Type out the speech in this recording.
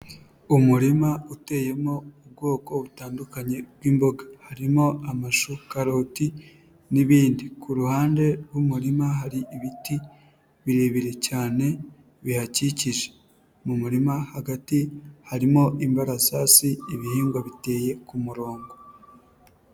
Umurima uteyemo ubwoko butandukanye bw'imboga harimo amashu, karoti n'ibindi. Ku ruhande rw'umurima hari ibiti birebire cyane bihakikije, mu murima hagati harimo imbarasasi ibihingwa biteye ku murongo.